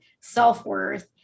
self-worth